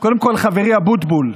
קודם כול, חברי אבוטבול,